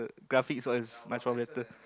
graphics all is much more better